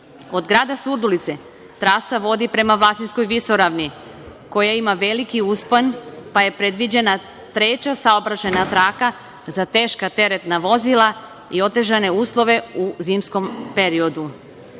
Od grada Surdulice, trasa vodi prema Vlasinskoj visoravni, koja ima veliki uspon pa je predviđena treća saobraćajna traka za teška teretna vozila i otežane uslove u zimskom